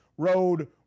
road